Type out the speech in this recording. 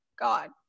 God